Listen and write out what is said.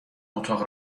اتاق